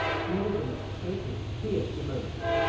he was in a state of fierce emotion.